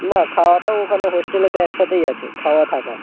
না খাওয়াটাও ওখানে হোস্টেলেতে একসাথেই আছে খাওয়া থাকা